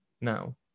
now